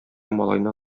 малайны